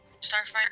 Starfire